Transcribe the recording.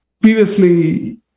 previously